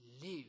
live